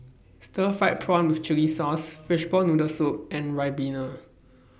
Stir Fried Prawn with Chili Sauce Fishball Noodle Soup and Ribena